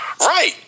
Right